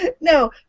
No